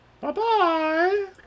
bye-bye